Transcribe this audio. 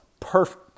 Perfect